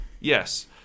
Yes